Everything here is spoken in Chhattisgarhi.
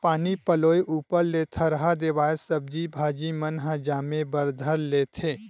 पानी पलोय ऊपर ले थरहा देवाय सब्जी भाजी मन ह जामे बर धर लेथे